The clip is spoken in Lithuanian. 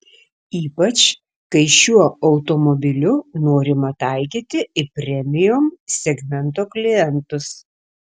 ypač kai šiuo automobiliu norima taikyti į premium segmento klientus